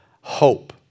hope